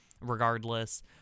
regardless